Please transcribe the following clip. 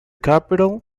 capital